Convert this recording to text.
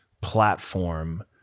platform